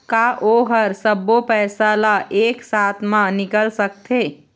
का ओ हर सब्बो पैसा ला एक साथ म निकल सकथे?